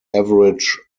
average